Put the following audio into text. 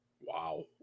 wow